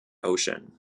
ocean